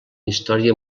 història